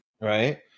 Right